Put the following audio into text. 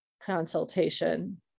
consultation